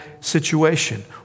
situation